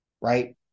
right